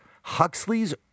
Huxley's